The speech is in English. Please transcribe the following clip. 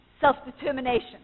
self-determination